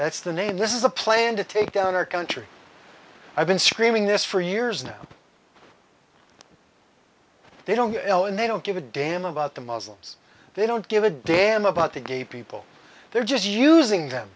that's the name this is a plan to take down our country i've been screaming this for years now they don't yell and they don't give a damn about the muslims they don't give a damn about the gay people they're just using them